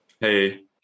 Hey